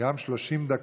גם 30 דקות.